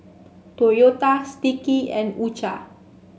Toyota Sticky and U Cha